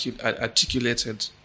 articulated